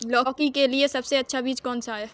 लौकी के लिए सबसे अच्छा बीज कौन सा है?